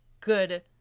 good